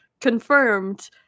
confirmed